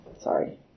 sorry